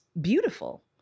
beautiful